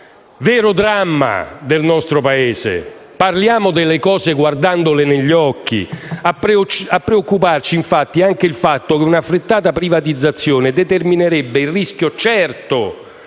vero dramma del nostro Paese. Parliamo delle cosa guardandole negli occhi. A preoccuparci è anche il fatto che un'affrettata privatizzazione determinerebbe il rischio certo